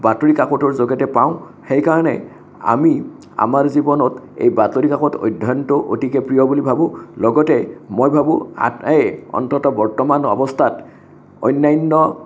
বাতৰি কাকতৰ যোগেদি পাওঁ সেই কাৰণে আমি আমাৰ জীৱনত এই বাতৰি কাকত অধ্যয়নটো অতিকে প্ৰিয় বুলি ভাবো লগতে মই ভাবো আটাইয়ে অন্তত বৰ্তমান অৱস্থাত অন্য়ান্য